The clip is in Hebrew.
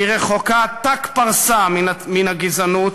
כי היא רחוקה ת"ק פרסה מן הגזענות,